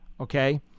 okay